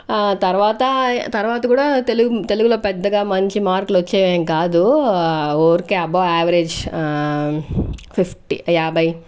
ఆ తర్వాత తర్వాత కూడా తెలుగు తెలుగులో పెద్దగా మంచి మార్కులొచ్చేవేం కాదు ఊరికే అబో యావరేజ్ ఫిఫ్టీ యాభై